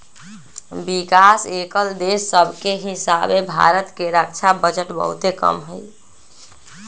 विकास कएल देश सभके हीसाबे भारत के रक्षा बजट बहुते कम हइ